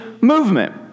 movement